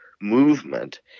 movement